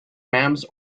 rams